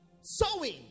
sowing